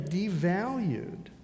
devalued